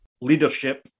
Leadership